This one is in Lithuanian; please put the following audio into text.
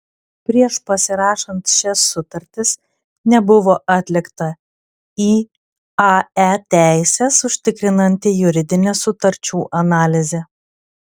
prieš pasirašant šias sutartis nebuvo atlikta iae teises užtikrinanti juridinė sutarčių analizė